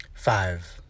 five